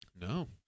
No